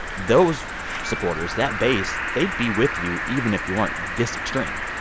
those supporters, that base they'd be with you even if you weren't this extreme.